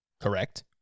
Correct